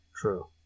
True